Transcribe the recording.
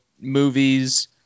movies